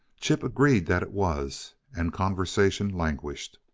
chip agreed that it was, and conversation languished.